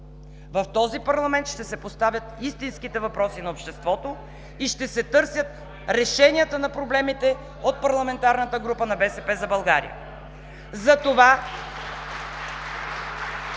В този парламент ще се поставят истинските въпроси на обществото и ще се търсят решенията на проблемите от Парламентарната група на „БСП за България“.